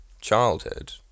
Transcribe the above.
childhood